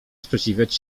sprzeciwiać